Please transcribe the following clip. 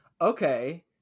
Okay